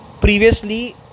previously